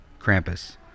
Krampus